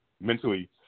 mentally